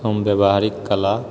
हम व्यवहारिक कला